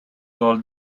gol